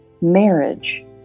marriage